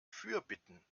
fürbitten